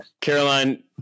Caroline